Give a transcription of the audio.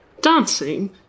Dancing